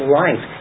life